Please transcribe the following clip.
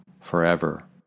forever